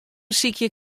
besykje